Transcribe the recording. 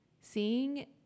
seeing